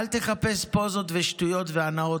אל תחפש פוזות ושטויות והנאות,